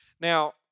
Now